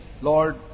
Lord